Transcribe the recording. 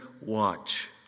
Watch